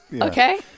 Okay